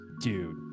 dude